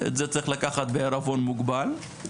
את זה צריך לקחת בערבון מוגבל.